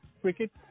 cricket